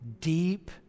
deep